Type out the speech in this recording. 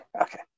Okay